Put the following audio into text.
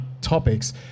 topics